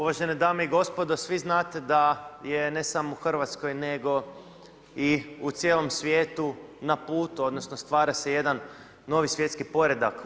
Uvažene dame i gospodo, svi znate da je ne samo u HR, nego i u cijelom svijetu na putu odnosno stvara se jedan novi svjetski poredak.